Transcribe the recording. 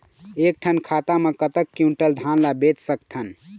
एक ठन खाता मा कतक क्विंटल धान ला बेच सकथन?